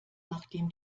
nachdem